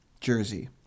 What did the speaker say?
jersey